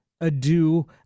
adieu